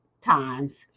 times